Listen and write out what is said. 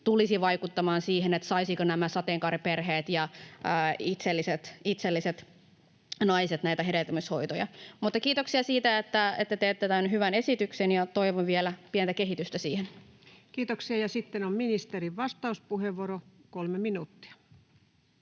tulisi vaikuttamaan siihen, saisivatko sateenkaariperheet ja itselliset naiset näitä hedelmöityshoitoja. Kiitoksia siitä, että teette tämän hyvän esityksen, ja toivon vielä pientä kehitystä siihen. [Speech 203] Speaker: Ensimmäinen varapuhemies Paula